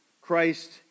Christ